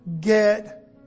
get